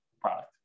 product